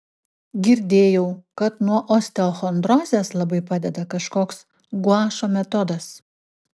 girdėjau kad nuo osteochondrozės labai padeda kažkoks guašo metodas